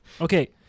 Okay